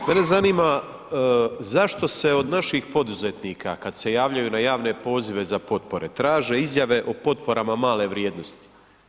Mene zanima zašto se od naših poduzetnika kad se javljaju na javne pozive na potpore, traže izjave o potporama male vrijednosti?